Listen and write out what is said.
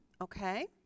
okay